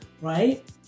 right